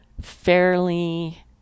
fairly